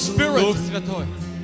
Spirit